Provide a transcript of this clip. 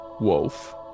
Wolf